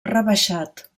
rebaixat